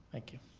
thank you.